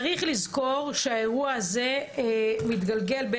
צריך לזכור שהאירוע הזה מתגלגל.